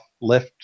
left